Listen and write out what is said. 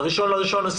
ב-1 בינואר 2021,